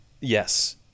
Yes